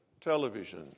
television